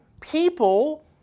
people